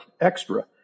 extra